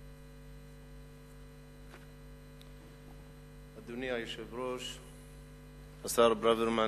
אדוני היושב-ראש, השר ברוורמן,